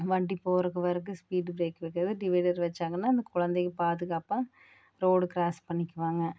வண்டி போறதுக்கு வறதுக்கு ஸ்பீட் பிரேக் வைக்கிறது டிவைடர் வைச்சாங்கன்னா அந்த குழந்தைங்க பாதுகாப்பாக ரோடு கிராஸ் பண்ணிக்குவாங்க